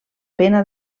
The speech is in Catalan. pena